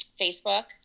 Facebook